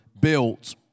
built